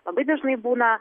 labai dažnai būna